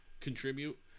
contribute